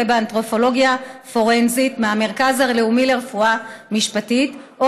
באנתרופולוגיה פורנזית מהמרכז הלאומי לרפואה משפטית או